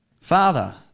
Father